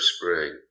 Spring